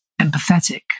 empathetic